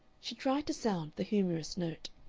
she tried to sound the humorous note.